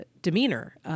demeanor